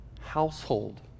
household